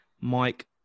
Mike